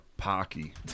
Pocky